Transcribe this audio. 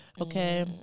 Okay